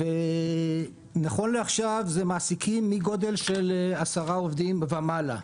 נכון לעכשיו זה מגודל עשרה עובדים ומעלה.